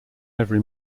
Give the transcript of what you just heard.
every